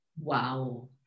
Wow